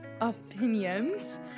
opinions